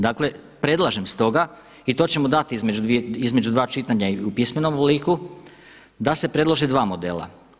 Dakle, predlažem stoga i to ćemo dati između dva čitanja i u pismenom obliku da se predloži dva modela.